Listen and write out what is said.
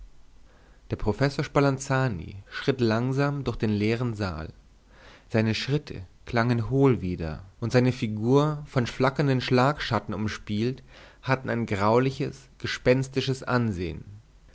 der professor spalanzani schritt langsam durch den leeren saal seine schritte klangen hohl wieder und seine figur von flackernden schlagschatten umspielt hatte ein grauliches gespenstisches ansehen